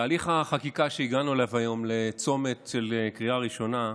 תהליך החקיקה שהגענו בו היום לצומת של קריאה ראשונה,